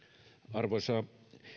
arvoisa